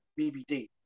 BBD